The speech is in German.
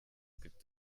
gibt